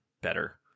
better